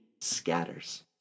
scatters